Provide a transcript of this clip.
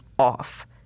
off